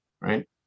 Right